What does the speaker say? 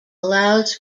allows